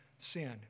sin